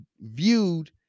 viewed